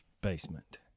basement